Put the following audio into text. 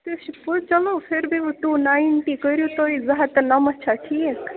تہِ حظ چھِ پوٚز چلو پھر بھی وٕ ٹوٗ نایِنٹی کٔرِو تُہۍ زٕ ہَتھ تہِ نَمٛتھ چھا ٹھیٖک